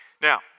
Now